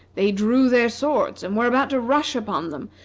they drew their swords and were about to rush upon them,